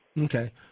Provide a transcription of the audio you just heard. Okay